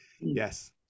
Yes